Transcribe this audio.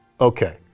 okay